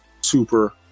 super